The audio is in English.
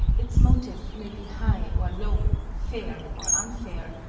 its motive may be high or low, fair or unfair,